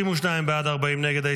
32 בעד, 40 נגד.